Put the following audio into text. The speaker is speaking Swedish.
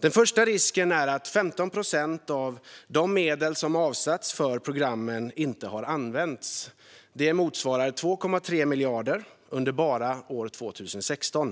Den första risken är att 15 procent av de medel som avsatts för programmen inte har använts. Det motsvarar 2,3 miljarder under enbart 2016.